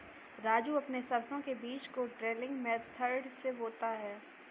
राजू अपने सरसों के बीज को ड्रिलिंग मेथड से बोता है